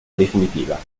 definitiva